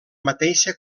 mateixa